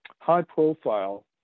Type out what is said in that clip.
high-profile